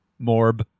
morb